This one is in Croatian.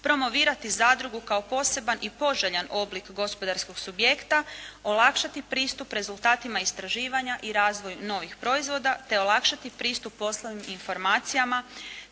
promovirati zadrugu kao poseban i poželjan oblik gospodarskog subjekta, olakšati pristup rezultatima istraživanja i razvoj novih proizvoda te olakšati pristup poslovnim informacijama